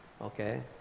Okay